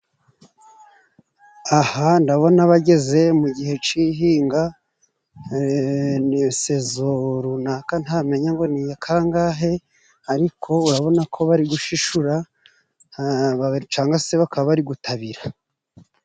Aha ndabona bageze mu gihe c'ihinga ni sezo runaka ntamenya ngo ni iya kangahe, ariko urabona ko bari gushishura cyangwa se bakaba bari gutabira.